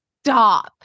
Stop